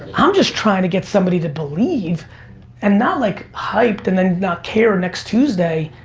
i'm just trying to get somebody to believe and not like hyped and then not care next tuesday.